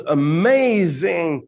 amazing